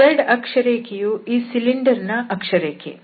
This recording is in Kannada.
z ಅಕ್ಷರೇಖೆಯು ಈ ಸಿಲಿಂಡರ್ ನ ಅಕ್ಷರೇಖೆ